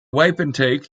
wapentake